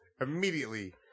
Immediately